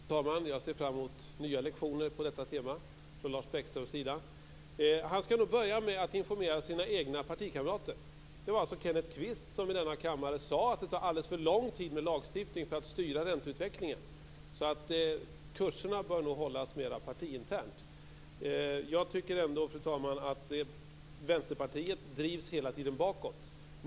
Fru talman! Jag ser fram emot nya lektioner på detta tema från Lars Bäckströms sida. Han skall nog börja med att informera sina egna partikamrater. Det var alltså Kenneth Kvist som i denna kammare sade att det tar alldeles för lång tid att använda lagstiftning för att styra ränteutvecklingen, så Lars Bäckströms kurser bör nog hållas mera partiinternt. Jag tycker ändå, fru talman, att Vänsterpartiet hela tiden drivs bakåt.